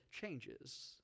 changes